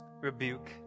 rebuke